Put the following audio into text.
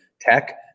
tech